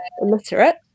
illiterate